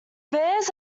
bears